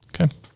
Okay